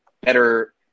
better